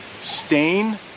Stain